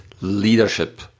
leadership